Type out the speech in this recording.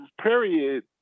period